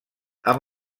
amb